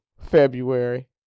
February